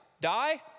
Die